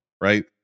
right